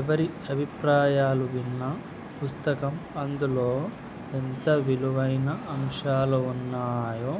ఎవరి అభిప్రాయాలు విన్న పుస్తకం అందులో ఎంత విలువైన అంశాలు ఉన్నాయో